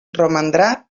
romandrà